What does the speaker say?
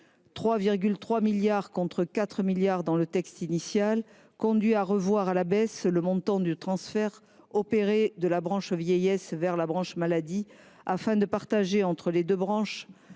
3,3 milliards d’euros, contre 4 milliards dans le texte initial – conduit à revoir à la baisse le montant du transfert effectué de la branche vieillesse vers la branche maladie. Il s’agit de partager entre celles ci